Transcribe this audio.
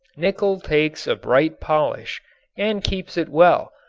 nickel takes a bright polish and keeps it well,